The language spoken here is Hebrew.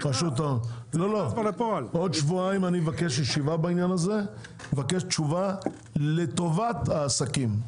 בעוד כשבועיים אני מבקש תשובה לטובת העסקים,